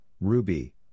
Ruby